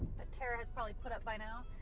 but tara has probably put up by no,